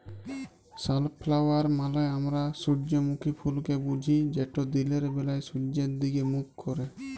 sunflower মালে আমরা সূজ্জমুখী ফুলকে বুঝি যেট দিলের ব্যালায় সূয্যের দিগে মুখ ক্যারে